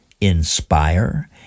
inspire